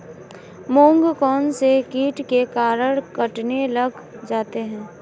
मूंग कौनसे कीट के कारण कटने लग जाते हैं?